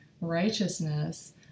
righteousness